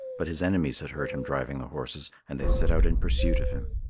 but his enemies had heard him driving the horses and they set out in pursuit of him.